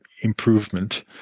improvement